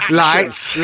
lights